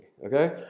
Okay